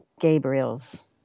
Gabriel's